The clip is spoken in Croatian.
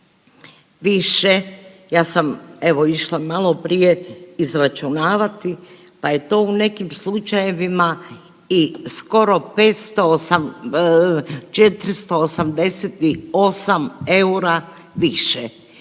više, ja sam evo išla maloprije izračunavati pa je to u nekim slučajevima i skoro 508, 488 eura više